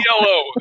yellow